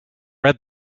read